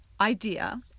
idea